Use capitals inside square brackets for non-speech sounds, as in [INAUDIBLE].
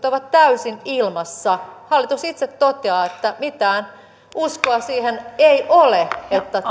[UNINTELLIGIBLE] ovat täysin ilmassa hallitus itse toteaa että mitään uskoa siihen ei ole että